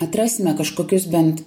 atrasime kažkokius bent